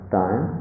time